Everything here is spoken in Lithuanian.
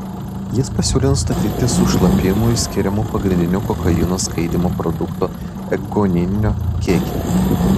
jis pasiūlė nustatyti su šlapimu išskiriamo pagrindinio kokaino skaidymo produkto ekgonino kiekį